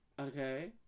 okay